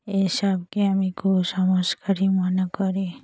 এইসবকে আমি কুসংস্কারই মনে করি